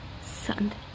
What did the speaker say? Sunday